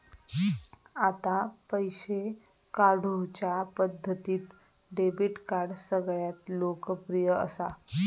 आता पैशे काढुच्या पद्धतींत डेबीट कार्ड सगळ्यांत लोकप्रिय असा